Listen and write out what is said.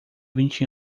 vinte